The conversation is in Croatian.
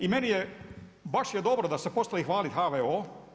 I meni je baš je dobro da se postavi hvaliti HVO.